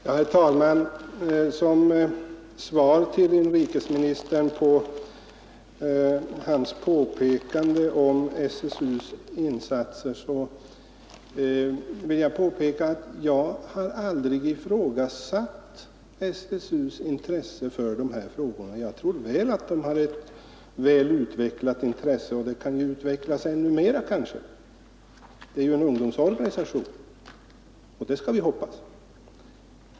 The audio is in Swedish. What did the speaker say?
Herr talman! Med anledning av inrikesministerns påpekande om SSU:s insatser vill jag nämna att jag aldrig ifrågasatt SSU:s intresse för dessa frågor. Jag är övertygad om att det intresset är väl utvecklat och att det kanske kan utvecklas ännu mera. SSU är ju en ungdomsorganisation, så det skall vi hoppas.